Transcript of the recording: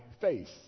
face